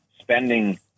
spending